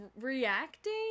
reacting